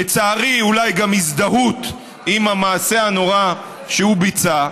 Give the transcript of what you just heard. לצערי, אולי גם הזדהות עם המעשה הנורא שהוא ביצע.